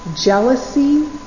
jealousy